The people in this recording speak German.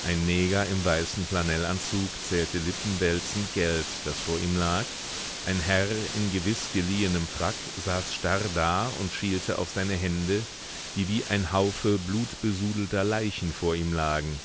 ein neger im weißen flanellanzug zählte lippenwälzend geld das vor ihm lag ein herr in gewiß geliehenem frack saß starr da und schielte auf seine hände die wie ein haufe blutbesudelter leichen vor ihm lagen